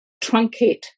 truncate